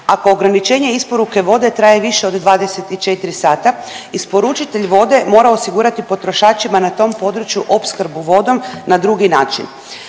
ako ograničenje isporuke vode traje više od 24 sata isporučitelj vode mora osigurati potrošačima na tom području opskrbu vodom na drugi način.